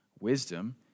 Wisdom